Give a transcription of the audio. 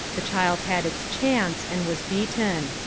the child had its chance and was beaten.